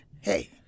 hey